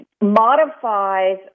modifies